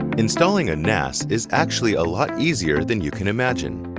installing a nas is actually a lot easier than you can imagine.